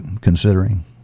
considering